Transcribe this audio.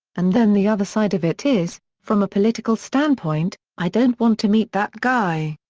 and then the other side of it is, from a political standpoint, i don't want to meet that guy.